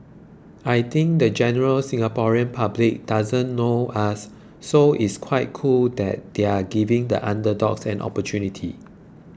I think the general Singaporean public doesn't know us so it's quite cool that they're giving the underdogs an opportunity